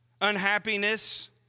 Unhappiness